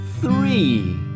three